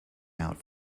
out